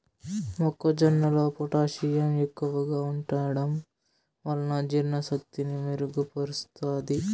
మొక్క జొన్నలో పొటాషియం ఎక్కువగా ఉంటడం వలన జీర్ణ శక్తిని మెరుగు పరుస్తాది